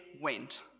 went